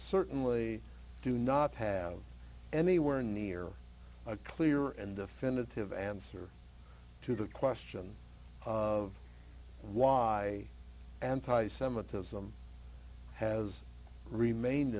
certainly do not have anywhere near a clear and definitive answer to the question of why anti semitism has remained